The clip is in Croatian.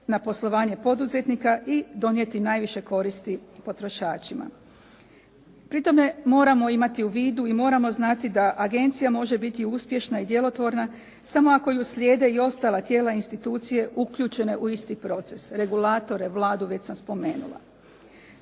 na poslovanje poduzetnika i donijeti najviše koristi potrošačima. Pri tome moramo imati u vidu i moramo znati da agencija može biti uspješna i djelotvorna samo ako ju slijede i ostala tijela institucije uključene u isti proces regulatore Vladu već sam spomenula.